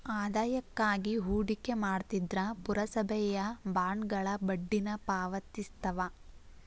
ಆದಾಯಕ್ಕಾಗಿ ಹೂಡಿಕೆ ಮಾಡ್ತಿದ್ರ ಪುರಸಭೆಯ ಬಾಂಡ್ಗಳ ಬಡ್ಡಿನ ಪಾವತಿಸ್ತವ